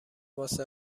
واسه